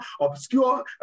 obscure